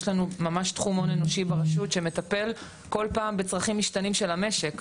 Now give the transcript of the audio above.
יש לנו ממש תחום הון אנושי ברשות שמטפל כל פעם בצרכים משתנים של המשק.